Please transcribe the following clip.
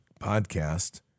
podcast